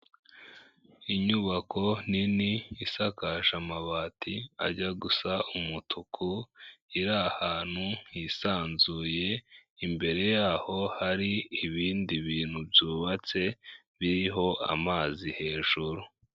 Inyubako nini isakaje amabati ajya gusa umutuku iri ahantu hisanzuye, imbere yaho hari ibindi bintu byubatse biriho amazi hejuru.